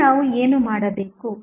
ಈಗ ನಾವು ಏನು ಮಾಡಬೇಕು